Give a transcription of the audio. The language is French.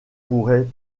pourrait